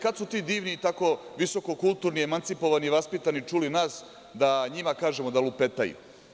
Kada su ti divni i tako visokokulturni i empacipovani i vaspitani čuli nas da njima kažemo da lupetaju?